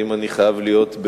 האם אני חייב להיות,